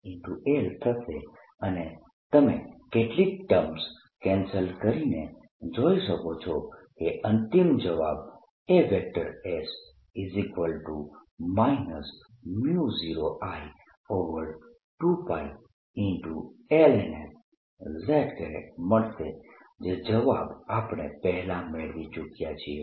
l થશે અને તમે કેટલીક ટર્મ્સ કેન્સલ કરીને જોઈ શકો છો કે અંતિમ જવાબ As 0I2πlns z મળશે જે જવાબ આપણે પહેલાં મેળવી ચૂક્યા છીએ